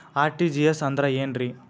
RTGS ಅಂದ್ರ ಏನ್ರಿ?